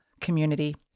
community